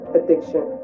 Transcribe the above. addiction